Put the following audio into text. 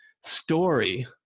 story